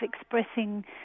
expressing